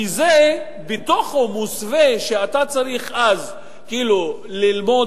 כי בתוכו מוסווה שאתה צריך אז כאילו ללמוד